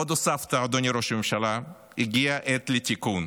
ועוד הוספת, אדוני הממשלה: הגיעה עת תיקון.